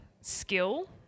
skill